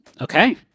Okay